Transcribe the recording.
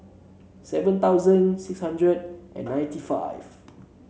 seven thousand six hundred and ninety five